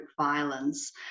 violence